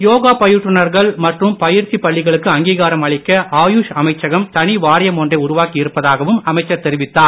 யோகா பயிற்றுனர்கள் மற்றும் பயிற்சி பள்ளிகளுக்கு அங்கீகாரம் அளிக்க ஆயுஷ் அமைச்சகம் தனி வாரியம் ஒன்றை உருவாக்கி இருப்பதாகவும் அவர் தெரிவித்தார்